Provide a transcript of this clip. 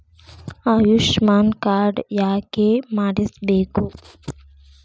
Ayushman card ಯಾಕೆ ಮಾಡಿಸಬೇಕು?